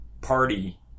Party